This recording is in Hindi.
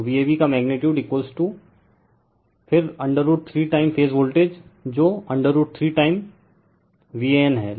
तो Vab का मैग्नीटीयूड फिर √ 3 टाइम फेज वोल्टेज जो √ 3 टाइम VAN है